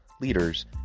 leaders